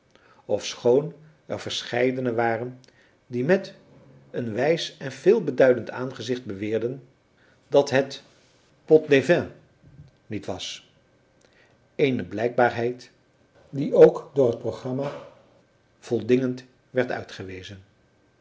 ofschoon er verscheidene waren die met een wijs en veelbeduidend aangezicht beweerden dat het potdevin niet was eene blijkbaarheid die ook door het programma voldingend werd uitgewezen